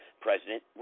President